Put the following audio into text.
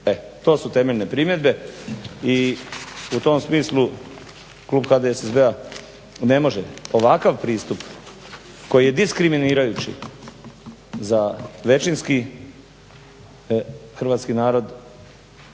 to su temeljne primjedbe i u tom smislu klub HDSSB-a ne može ovakav pristup koji je diskriminirajući za većinski hrvatski narod,